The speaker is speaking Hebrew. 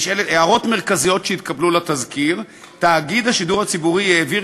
הערות מרכזיות שהתקבלו לתזכיר: "תאגיד השידור הציבורי העביר